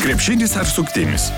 krepšinis ar suktinis